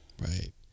Right